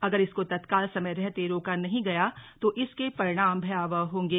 अगर इसको तत्काल समय रहते रोका नहीं गया तो इसके परिणाम भयावह होंगे